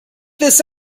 this